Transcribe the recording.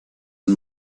and